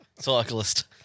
Cyclist